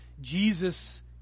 Jesus